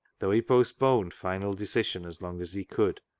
though he postponed final decision as long as he could,